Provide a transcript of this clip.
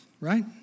right